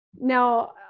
now